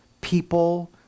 people